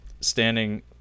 standing